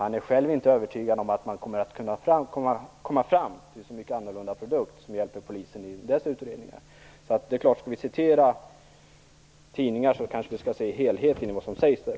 Han är själv inte övertygad om att man skall kunna komma fram till en så mycket annorlunda produkt som hjälper polisen i dess utredningar. Skall vi citera artiklar, skall vi kanske också se helheten i det som sägs där.